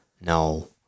No